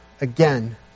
again